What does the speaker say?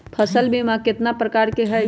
फसल बीमा कतना प्रकार के हई?